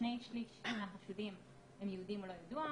שכשני שליש מהחשודים הם יהודים או לא ידוע,